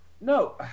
no